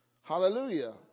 Hallelujah